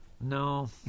No